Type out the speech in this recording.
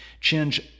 change